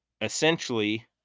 essentially